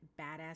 badass